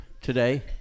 today